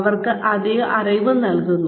അവർക്ക് അധിക അറിവ് നൽകുന്നു